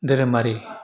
धोरोमारि